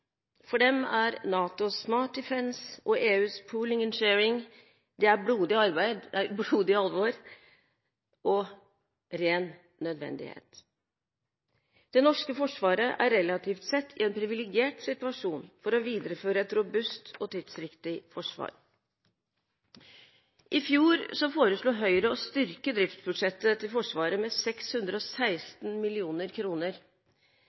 For dem er NATOs «Smart Defence» og EUs «Pooling and Sharing» blodig alvor og ren nødvendighet. Det norske forsvaret er relativt sett i en privilegert situasjon for å videreføre et robust og tidsriktig forsvar. I fjor foreslo Høyre å styrke driftsbudsjettet til Forsvaret med